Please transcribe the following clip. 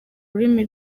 ururimi